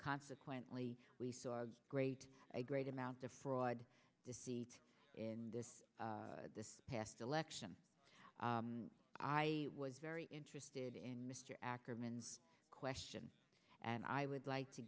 consequently we saw a great a great amount of fraud deceit in this this past election i was very interested in mr ackerman's question and i would like to